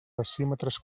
decímetres